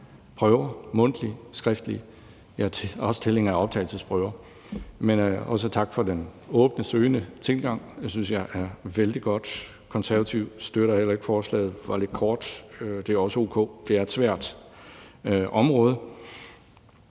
prøver, mundtlige såvel som skriftlige, og jeg er også tilhænger af optagelsesprøver. Tak for den åbne, søgende tilgang. Det synes jeg er vældig godt. Konservative støtter heller ikke forslaget. Deres indlæg var lidt kort, det er også o.k., for det er et svært område.